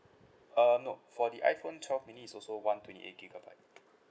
uh no for the iphone twelve mini is also one twenty eight gigabyte